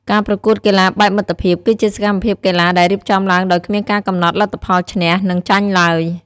ការប្រកួតកីឡាបែបមិត្តភាព គឺជាសកម្មភាពកីឡាដែលរៀបចំឡើងដោយគ្មានការកំណត់លទ្ធផលឈ្នះ និងចាញ់ឡើយ។